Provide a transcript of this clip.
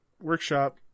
workshop